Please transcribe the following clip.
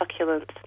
succulents